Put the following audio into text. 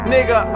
Nigga